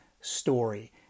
story